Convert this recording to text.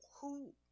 Who-